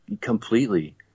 completely